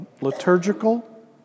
liturgical